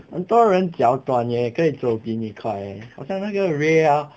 很多人脚短也可以走比你快 leh 好像那个 ray ah